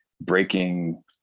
breaking